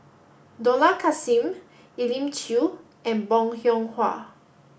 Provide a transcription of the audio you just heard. Dollah Kassim Elim Chew and Bong Hiong Hwa